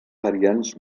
variants